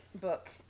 book